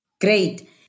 Great